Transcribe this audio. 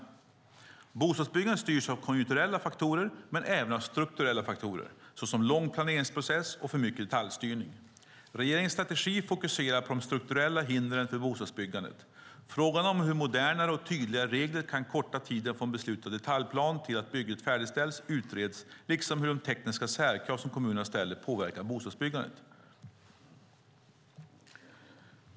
Bostadsbyggandet styrs av konjunkturella faktorer men även av strukturella faktorer såsom lång planeringsprocess och för mycket detaljstyrning. Regeringens strategi fokuserar på de strukturella hindren för bostadsbyggandet. Frågan om hur modernare och tydligare regler kan korta tiden från beslutad detaljplan till att bygget färdigställts utreds, liksom hur de tekniska särkrav som kommuner ställer påverkar bostadsbyggandet.